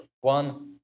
one